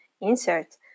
insert